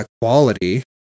quality